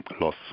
loss